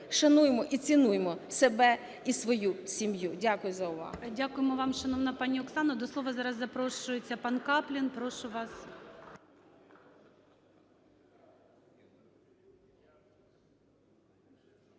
Шануймо і цінуймо себе і свою сім'ю. Дякую за увагу.